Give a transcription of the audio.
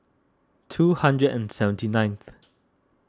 two hundred and seventy nineth